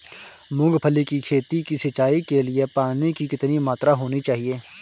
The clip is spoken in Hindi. मूंगफली की खेती की सिंचाई के लिए पानी की कितनी मात्रा होनी चाहिए?